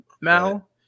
Mal